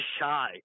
shy